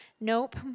nope